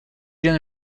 then